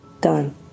done